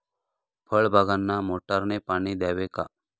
फळबागांना मोटारने पाणी द्यावे का?